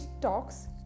talks